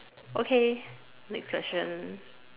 okay next question